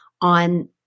on